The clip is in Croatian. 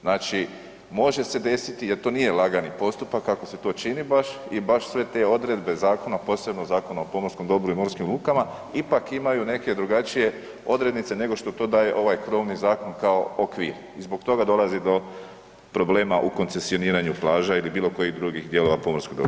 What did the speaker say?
Znači može se desiti jer to nije lagani postupak kako se to čini baš i baš sve te odredbe zakona, a posebno Zakona o pomorskom dobru i morskim lukama ipak imaju neke drugačije odrednice nego što to daje ovaj krovni zakon kao okvir i zbog toga dolazi do problema u koncesioniranju plaža ili bilo kojih drugih dijelova pomorskog dobra.